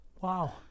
Wow